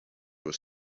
was